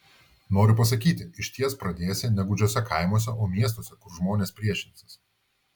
noriu pasakyti išties pradėsi ne gūdžiuose kaimuose o miestuose kur žmonės priešinsis